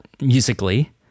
Musically